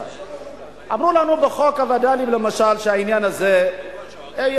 אמרו לנו בחוק הווד"לים, למשל, שהעניין הזה נדון.